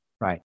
Right